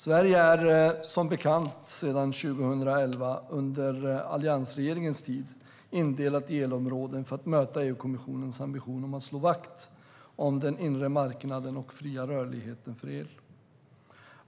Sverige är som bekant sedan 2011, under alliansregeringens tid, indelat i elområden för att möta EU-kommissionens ambition att slå vakt om den inre marknaden och fri rörlighet för el.